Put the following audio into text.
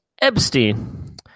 Epstein